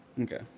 Okay